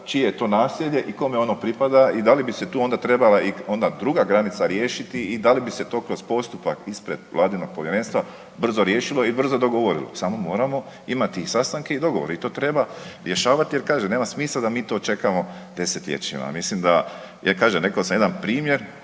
čije je to naselje i kome ono pripada i da li bi se tu onda trebala i ona druga granica riješiti i da li bi se to kroz postupak ispred Vladinog Povjerenstva brzo riješilo i brzo dogovorilo, samo moramo imati i sastanke i dogovore i to treba rješavati jer, kažem, nema smisla da mi to čekamo desetljećima. Mislim da, jer kažem, rekao sam jedan primjer